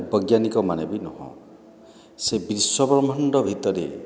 ବୈଜ୍ଞାନିକମାନେ ବି ନୁହେଁ ସେ ବିଶ୍ୱବ୍ରହ୍ମାଣ୍ଡ ଭିତରେ